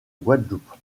guadeloupe